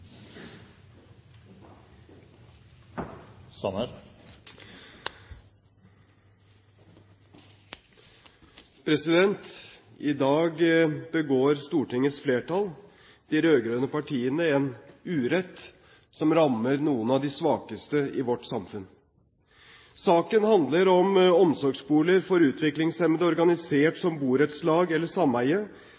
I dag begår Stortingets flertall, de rød-grønne partiene, en urett som rammer noen av de svakeste i vårt samfunn. Saken handler om hvorvidt omsorgsboliger for utviklingshemmede organisert